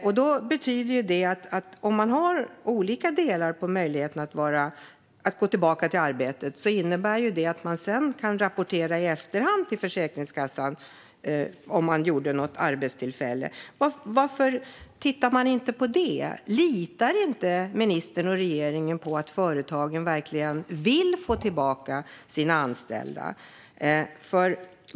Om man har olika delar i fråga om möjligheten att gå tillbaka till arbetet innebär det att människor sedan kan rapportera i efterhand till Försäkringskassan om de gjorde något arbetstillfälle. Varför tittar man inte på det? Litar inte ministern och regeringen på att företagen verkligen vill få tillbaka sina anställda?